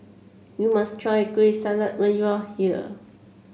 you must try Kueh Salat when you are here